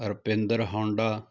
Rupinder Honda